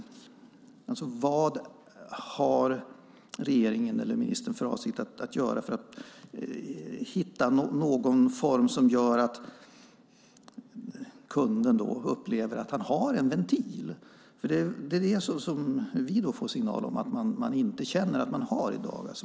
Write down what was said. Vad har ministern för avsikt att göra för att hitta någon form för att kunden ska uppleva att man har en ventil? Vi får signaler om att man inte känner att man har det.